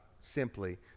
simply